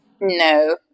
No